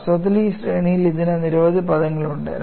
വാസ്തവത്തിൽ ഈ ശ്രേണിയിൽ ഇതിന് നിരവധി പദങ്ങളുണ്ട്